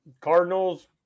Cardinals